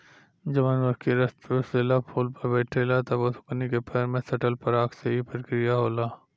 जब मधुमखी रस चुसेला फुल पर बैठे ले तब ओकनी के पैर में सटल पराग से ई प्रक्रिया होला